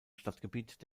stadtgebiet